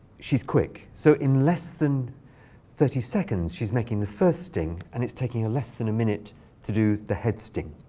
she's quick. so in less than thirty seconds, she's making the first sting. and it's taking ah less than a minute to do the head sting.